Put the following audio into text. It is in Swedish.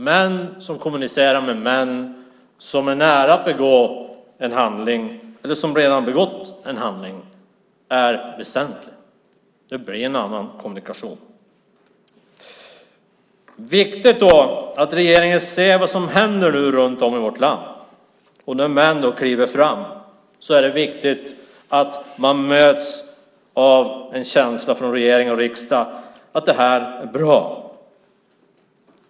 Att män kommunicerar med män som är nära att begå en handling eller redan har begått den är väsentligt. Det blir en annan kommunikation. Det är viktigt att regeringen nu ser vad som händer runt om i vårt land. När män då kliver fram är det viktigt att de möts av en känsla från regering och riksdag att det är något bra.